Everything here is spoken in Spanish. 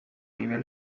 nivel